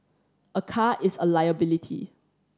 a car is a liability